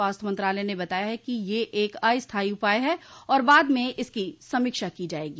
स्वास्थ्य मंत्रालय ने बताया है कि यह एक अस्थायी उपाय है और बाद में इसकी समीक्षा की जायेगी